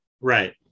Right